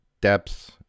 depths